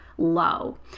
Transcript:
low